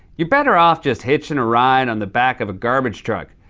you're better off just hitching a ride on the back of a garbage truck.